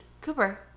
cooper